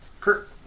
Kurt